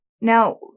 Now